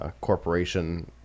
Corporation